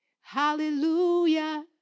Hallelujah